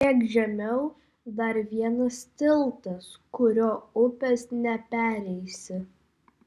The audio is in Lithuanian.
kiek žemiau dar vienas tiltas kuriuo upės nepereisi